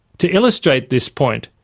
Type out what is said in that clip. to illustrate this point,